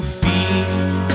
feed